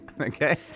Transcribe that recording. Okay